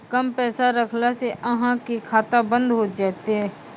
कम पैसा रखला से अहाँ के खाता बंद हो जैतै?